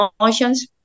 emotions